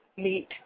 Meet